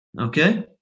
okay